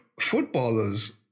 footballers